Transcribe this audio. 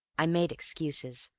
i made excuses,